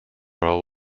role